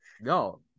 No